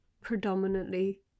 predominantly